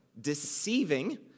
deceiving